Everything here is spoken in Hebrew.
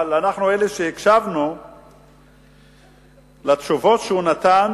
אבל אנחנו, אלה שהקשבנו לתשובות שהוא נתן,